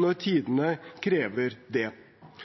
når tidene krever det.